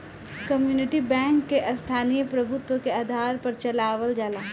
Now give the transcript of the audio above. community bank के स्थानीय प्रभुत्व के आधार पर चलावल जाला